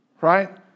Right